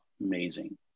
amazing